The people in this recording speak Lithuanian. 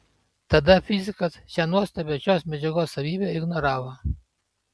tada fizikas šią nuostabią šios medžiagos savybę ignoravo